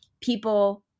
people